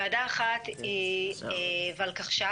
ועדה אחת היא ולקחש"פ,